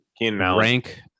rank